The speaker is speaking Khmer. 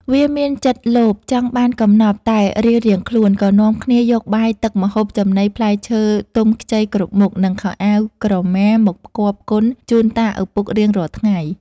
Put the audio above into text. វាមានចិត្តលោភចង់បានកំណប់ តែរៀងៗខ្លួន ក៏នាំគ្នាយកបាយទឹកម្ហូបចំណីផ្លែឈើទុំខ្ចីគ្រប់មុខ និងខោអាវក្រមាមកផ្គាប់ផ្គុនជូនតាឪពុករៀងរាល់ថ្ងៃ។